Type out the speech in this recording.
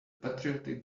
patriotic